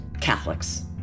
Catholics